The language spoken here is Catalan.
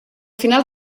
final